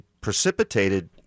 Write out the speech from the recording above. precipitated